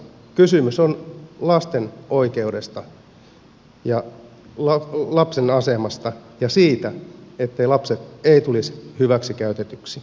kysymys on lasten oikeudesta ja lapsen asemasta ja siitä että lapset eivät tulisi hyväksikäytetyiksi